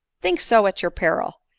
think so at your peril.